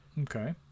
Okay